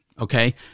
Okay